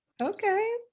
Okay